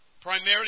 Primarily